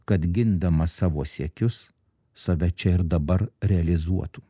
kad gindamas savo siekius save čia ir dabar realizuotų